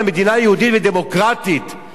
בקצב הזה לא תישאר,